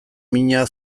mina